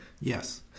yes